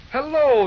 Hello